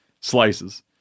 slices